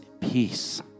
peace